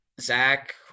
Zach